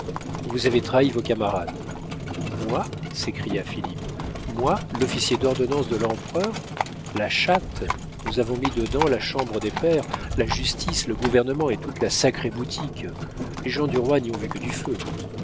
vous avez trahi vos camarades moi s'écria philippe moi l'officier d'ordonnance de l'empereur la chatte nous avons mis dedans la chambre des pairs la justice le gouvernement et toute la sacrée boutique les gens du roi n'y ont vu que du feu